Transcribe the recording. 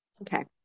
Okay